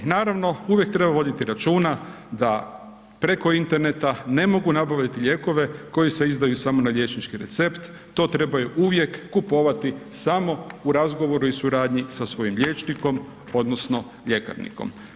Naravno, uvijek treba voditi računa da preko interneta ne mogu nabaviti lijekove koji se izdaju samo na liječnički recept, to trebaju uvijek kupovati samo u razgovoru i suradnji sa svojim liječnikom, odnosno ljekarnikom.